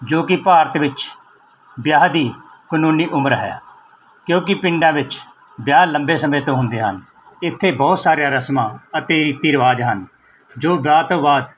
ਜੋ ਕਿ ਭਾਰਤ ਵਿੱਚ ਵਿਆਹ ਦੀ ਕਾਨੂੰਨੀ ਉਮਰ ਹੈ ਕਿਉਂਕਿ ਪਿੰਡਾਂ ਵਿੱਚ ਵਿਆਹ ਲੰਬੇ ਸਮੇਂ ਤੋਂ ਹੁੰਦੇ ਹਨ ਇੱਥੇ ਬਹੁਤ ਸਾਰੀਆਂ ਰਸਮਾਂ ਅਤੇ ਰੀਤੀ ਰਿਵਾਜ਼ ਹਨ ਜੋ ਵਿਆਹ ਤੋਂ ਬਾਅਦ